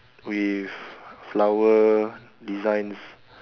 with flower designs